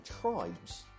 Tribes